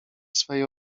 swej